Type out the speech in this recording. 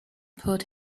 put